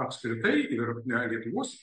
apskritai ir na lietuvos